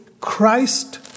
christ